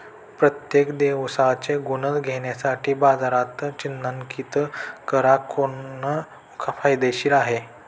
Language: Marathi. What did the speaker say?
प्रत्येक दिवसाचे गुण घेण्यासाठी बाजारात चिन्हांकित करा खूप फायदेशीर आहे